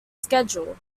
schedule